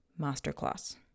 masterclass